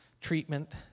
treatment